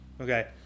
okay